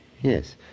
Yes